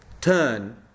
turn